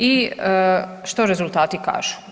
I što rezultati kažu?